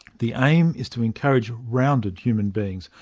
the aim is to encourage rounded human beings,